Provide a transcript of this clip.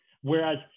Whereas